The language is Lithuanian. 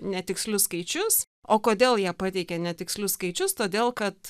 netikslius skaičius o kodėl jie pateikė netikslius skaičius todėl kad